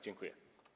Dziękuję.